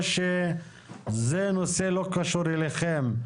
או שזה נושא לא קשור אליכם.